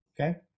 okay